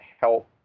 help